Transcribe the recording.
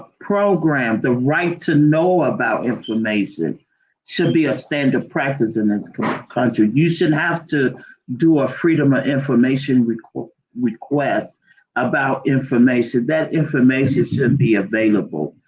programs. the right to know about information should be a standard practice in this kind of country. you shouldn't have to do a freedom of ah information request request about information, that information should be available.